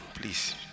Please